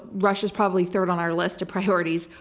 russia's probably third on our list of priorities.